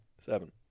Seven